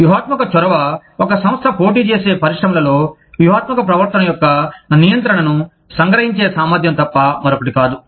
వ్యూహాత్మక చొరవ ఒక సంస్థ పోటీ చేసే పరిశ్రమలలో వ్యూహాత్మక ప్రవర్తన యొక్క నియంత్రణను సంగ్రహించే సామర్థ్యం తప్ప మరొకటి కాదు